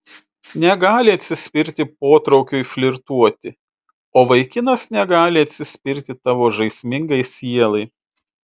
negali atsispirti potraukiui flirtuoti o vaikinas negali atsispirti tavo žaismingai sielai